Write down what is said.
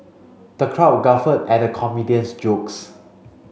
the crowd guffawed at the comedian's jokes